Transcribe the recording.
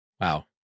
Wow